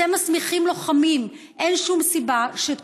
אתם מסמיכים לוחמים אין שום סיבה שאת